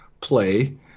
play